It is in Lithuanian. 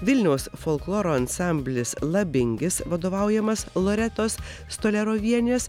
vilniaus folkloro ansamblis labingis vadovaujamas loretos stoliarovienės